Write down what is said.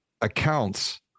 accounts